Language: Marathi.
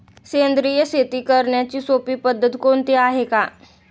सेंद्रिय शेती करण्याची सोपी पद्धत कोणती आहे का?